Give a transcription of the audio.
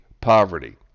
poverty